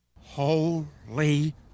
Holy